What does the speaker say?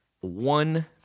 one